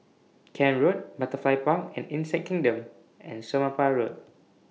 Camp Road Butterfly Park and Insect Kingdom and Somapah Road